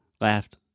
laughed